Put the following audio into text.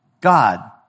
God